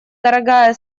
дорогая